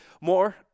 more